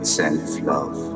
self-love